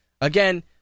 again